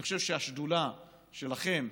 אני חושב שהשדולה שלכם,